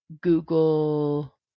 Google